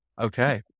Okay